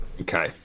Okay